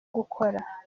gukora